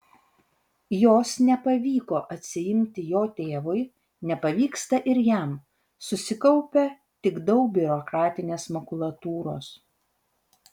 jos nepavyko atsiimti jo tėvui nepavyksta ir jam susikaupia tik daug biurokratinės makulatūros